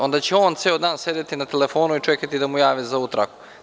Onda će on ceo dan sedeti na telefonu i čekati da mu jave za ovu traku.